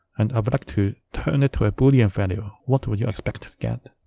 and i would like to turn it to a boolean value? what would you expect to get?